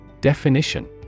Definition